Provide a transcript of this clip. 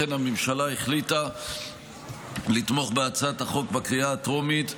לכן הממשלה החליטה לתמוך בהצעת החוק בקריאה הטרומית,